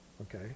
Okay